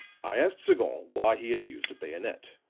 i asked sagon why he had used a bayonet.